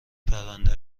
پرونده